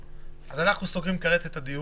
אנחנו סוגרים כעת את הדיון.